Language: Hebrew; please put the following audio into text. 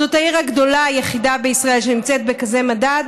זאת העיר הגדולה היחידה בישראל שנמצאת בכזה מדד.